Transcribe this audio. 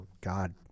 God